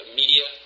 media